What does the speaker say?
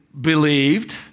believed